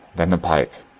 then the pipe.